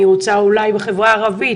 אני רוצה אולי לקדם את זה בחברה הערבית,